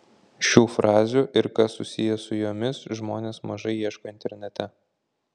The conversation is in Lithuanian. šių frazių ir kas susiję su jomis žmonės mažai ieško internete